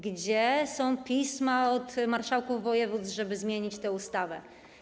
Gdzie są pisma od marszałków województw, żeby zmienić tę ustawę?